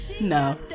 No